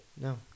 No